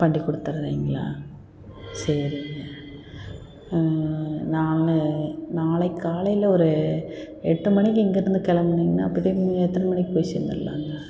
பண்ணி கொடுத்துறீங்களா சரிங்க நான் நாளைக்கு காலையில் ஒரு எட்டு மணிக்கு இங்கே இருந்து கிளம்புனீங்கன்னா அப்போ டைம் நீ எத்தனை மணிக்கு போய் சேர்ந்துரலாங்க